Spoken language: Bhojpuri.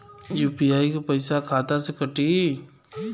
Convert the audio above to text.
यू.पी.आई क पैसा खाता से कटी?